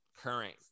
current